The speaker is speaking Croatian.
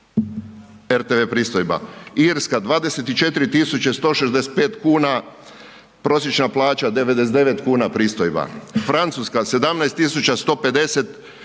rtv pristojba. Irska 24.165 kuna prosječna plaća, 99 kuna pristojba. Francuska 17.150 kuna